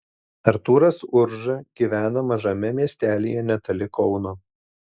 artūras urža gyvena mažame miestelyje netoli kauno